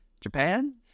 Japan